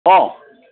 অঁ